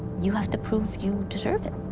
you have to prove you deserve it.